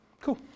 cool